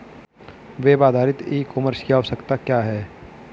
Web आधारित e commerce की आवश्यकता क्या है?